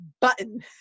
button